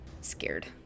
scared